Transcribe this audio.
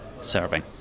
serving